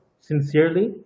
sincerely